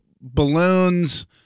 balloons